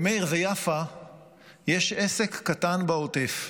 למאיר ויפה יש עסק קטן בעוטף,